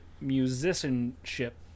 musicianship